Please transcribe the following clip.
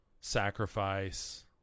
sacrifice